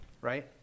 right